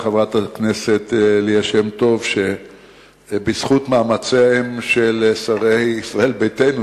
תודה לחברת הכנסת ליה שמטוב שבזכות מאמציהם של שרי ישראל ביתנו,